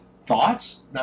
thoughts